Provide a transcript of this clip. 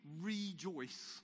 rejoice